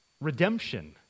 Redemption